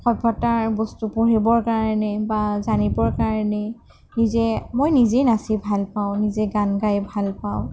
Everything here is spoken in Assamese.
সভ্যতাৰ বস্তু পঢ়িবৰ কাৰণে বা জানিবৰ কাৰণে নিজে মই নিজে নাচি ভাল পাওঁ নিজে গান গাই ভাল পাওঁ